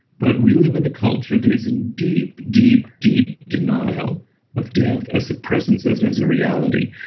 but we live in a culture that is and deep, deep, deep denial of death as a presence as and as a reality.